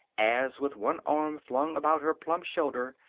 as, with one arm flung about her plump shoulder,